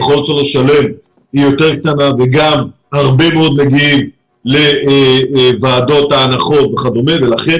הרבה מאוד מגיעים לוועדות ההנחות וכדומה ולכן